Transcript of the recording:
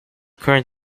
current